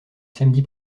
samedi